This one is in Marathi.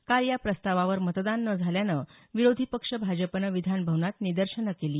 काल या प्रस्तावावर मतदान न झाल्यानं विरोधी पक्ष भाजपनं विधानभवनात निदर्शनं केली